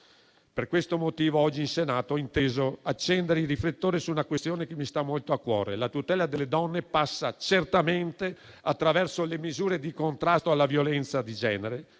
Per questo motivo oggi in Senato ho inteso accendere i riflettori su una questione che mi sta molto a cuore: la tutela delle donne passa certamente attraverso le misure di contrasto alla violenza di genere